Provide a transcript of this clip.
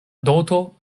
doto